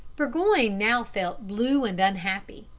burgoyne now felt blue and unhappy.